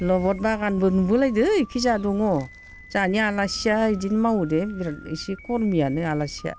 rubber बागानबो नुबोलायदों बैखिजा दङ जोंहानि आलासिया बिदिनो मावो दे बिरात एसे कर्मियानो आलासिया